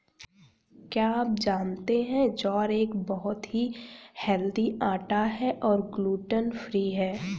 क्या आप जानते है ज्वार एक बहुत ही हेल्दी आटा है और ग्लूटन फ्री है?